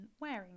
wearing